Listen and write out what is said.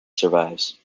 survives